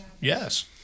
Yes